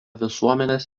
visuomenės